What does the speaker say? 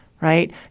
right